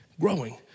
growing